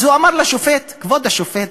אז הוא אמר לשופט: כבוד השופט,